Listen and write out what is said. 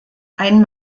ein